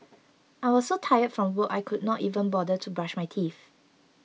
I was so tired from work I could not even bother to brush my teeth